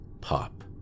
pop